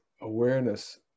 awareness